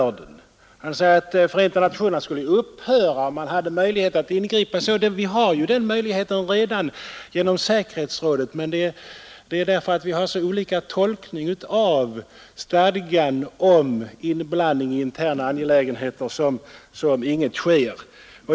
Utrikesministern säger att Förenta nationerna skulle upphöra, om man gav möjlighet att ingripa när staterna förlöper sig på sätt som skett. Vi har ju den möjligheten redan genom säkerhetsrådet. Men det är därför att vi har så olika tolkningar av stadgan om inblandning i interna angelägenheter som ingenting sker.